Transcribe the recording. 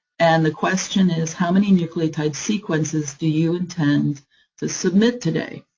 and the question is how many nucleotide sequences do you intend to submit today?